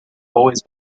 always